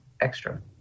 extra